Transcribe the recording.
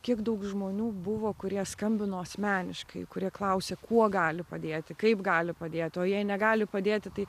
kiek daug žmonių buvo kurie skambino asmeniškai kurie klausė kuo gali padėti kaip gali padėti o jei negali padėti tai